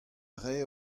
rae